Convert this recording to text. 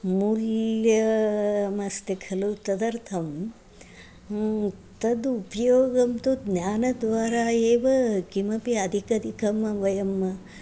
मूल्यमस्ति खलु तदर्थं तद् उपयोगं तु ज्ञानद्वारा एव किमपि अधिकाधिकं वयम्